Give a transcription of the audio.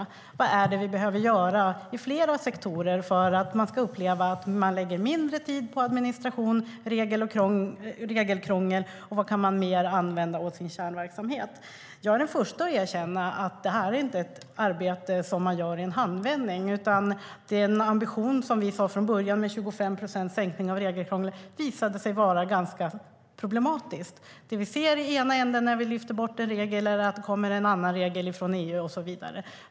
Vi tittade på vad som behövde göras i flera sektorer för att man ska uppleva att man lägger mindre tid på administration och regelkrångel. Och vad mer man kan använda åt sin kärnverksamhet? Jag är den första att erkänna att det inte är ett arbete som man gör i en handvändning. Den ambition som vi från början sa var en sänkning av regelkrånglet med 25 procent visade sig vara ganska problematisk. När vi lyfter bort en regel i ena änden kommer en annan regel från EU och så vidare.